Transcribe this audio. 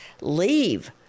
leave